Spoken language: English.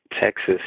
Texas